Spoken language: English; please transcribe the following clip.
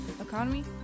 economy